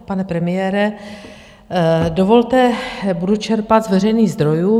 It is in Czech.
Pane premiére, dovolte, budu čerpat z veřejných zdrojů.